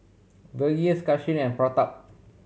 Verghese Kanshi and Pratap